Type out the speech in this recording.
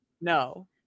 No